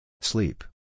Sleep